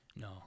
no